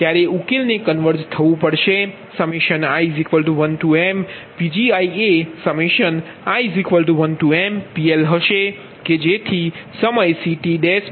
ત્યારે ઉકેલ ને કન્વર્ઝ થવું પડશે i1mPgi એ i1mPL હશે કે જેથી સમય CTCT